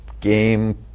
game